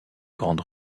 grande